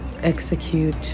Execute